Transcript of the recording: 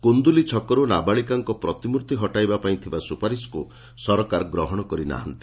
କୁନ୍ଦୁଲି ଛକରୁ ନାବାଳିକାଙ୍କ ପ୍ରତିମୂର୍ରି ହଟାଇବା ପାଇଁ ଥିବା ସୁପାରିଶକୁ ସରକାର ଗ୍ରହଣ କରିନାହାନ୍ତି